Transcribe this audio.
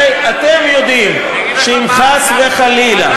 הרי אתם יודעים שאם חס וחלילה,